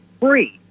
free